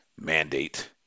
mandate